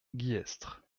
guillestre